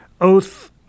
oath